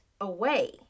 away